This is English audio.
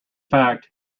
fact